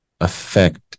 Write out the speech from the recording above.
affect